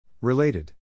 Related